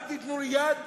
אל תיתנו יד